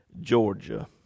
Georgia